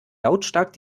lautstark